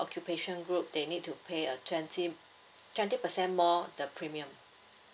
occupation group they need to pay a twenty twenty percent more the premium